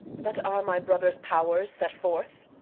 but are my brother's pow'rs set forth?